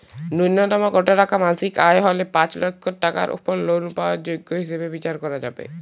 ন্যুনতম কত টাকা মাসিক আয় হলে পাঁচ লক্ষ টাকার উপর লোন পাওয়ার যোগ্য হিসেবে বিচার করা হবে?